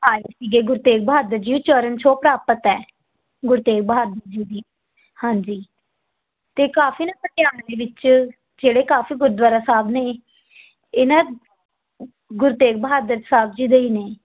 ਆਏ ਸੀਗੇ ਗੁਰੂ ਤੇਗ ਬਹਾਦਰ ਜੀ ਚਰਨ ਛੋਹ ਪ੍ਰਾਪਤ ਹੈ ਗੁਰੂ ਤੇਗ ਬਹਾਦਰ ਜੀ ਦੀ ਹਾਂਜੀ ਅਤੇ ਕਾਫੀ ਨਾ ਪਟਿਆਲੇ ਵਿੱਚ ਜਿਹੜੇ ਕਾਫੀ ਗੁਰਦੁਆਰਾ ਸਾਹਿਬ ਨੇ ਇਹਨਾਂ ਗੁਰ ਤੇਗ ਬਹਾਦਰ ਸਾਹਿਬ ਜੀ ਦੇ ਹੀ ਨੇ